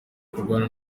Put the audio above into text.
kurwana